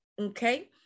okay